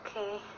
Okay